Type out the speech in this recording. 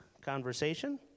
conversation